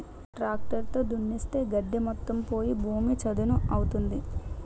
tractor తో దున్నిస్తే గడ్డి మొత్తం పోయి భూమి చదును అవుతుంది